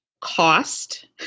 cost